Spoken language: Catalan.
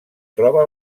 troba